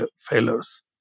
failures